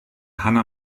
hanna